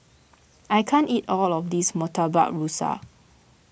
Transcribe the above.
I can't eat all of this Murtabak Rusa